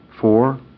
four